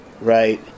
right